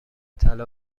طلا